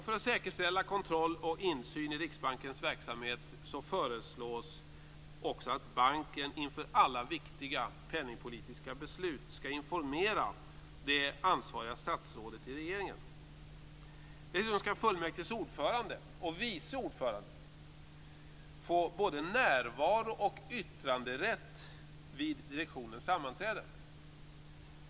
För att säkerställa kontroll och insyn i Riksbankens verksamhet föreslås också att banken inför alla viktiga penningpolitiska beslut skall informera det ansvariga statsrådet i regeringen. Dessutom skall fullmäktiges ordförande och vice ordförande få både närvaro och yttranderätt vid direktionens sammanträden.